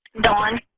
Dawn